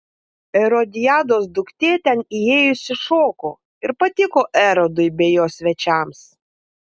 erodiados duktė ten įėjusi šoko ir patiko erodui bei jo svečiams